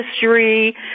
history